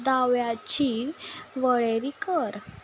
दाव्याची वळेरी कर